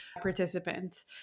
participants